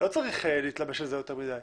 לא צריך להתלבש על זה יותר מדי,